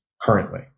currently